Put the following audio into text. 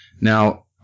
Now